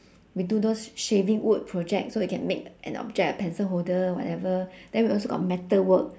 we do those shaving wood project so we can make an object a pencil holder whatever then we also got metal work